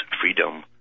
freedom